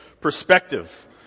perspective